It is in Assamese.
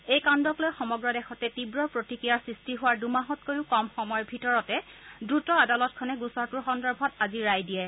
এই কাণ্ডক লৈ সমগ্ৰ দেশতে তীৱ প্ৰতিক্ৰিয়াৰ সৃষ্টি হোৱাৰ দূমাহতকৈও কম সময়ৰ ভিতৰতে দ্ৰুত আদালতখনে গোচৰটোৰ সন্দৰ্ভত আজি ৰায় দিয়ে